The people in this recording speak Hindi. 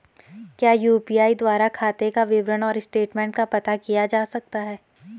क्या यु.पी.आई द्वारा खाते का विवरण और स्टेटमेंट का पता किया जा सकता है?